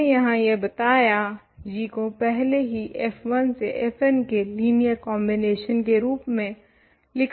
मैंने यहाँ यह बताया g को पहले ही f1 से fn के लिनियर कॉम्बिनेशन के रूप में लिखा गया है